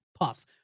puffs